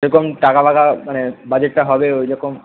কেরকম টাকা ফাকা মানে বাজেটটা হবে ওই রকম